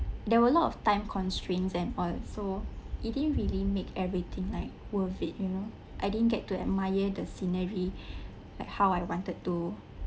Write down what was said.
there were a lot of time constraints and all so it didn't really make everything like worth it you know I didn't get to admire the scenery like how I wanted to